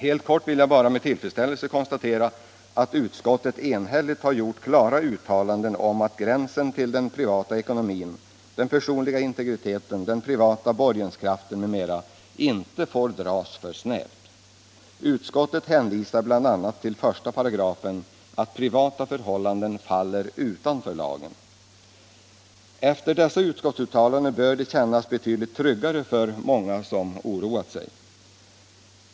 Helt kort vill jag bara med tillfredsstiällelse konstatera att utskottet enhälligt har gjort klara uttalanden om att gränsen till den privata ekonomin, den personliga integriteten, den privata borgenskraften m.m. inte får dras för snävt. Utskouet anför bl.a. med hänvisning till I § att privata förhållanden faller utanför lagen. Efter dessa utskottsuttalanden bör det kännas betydligt tryggare för många som oroat sig.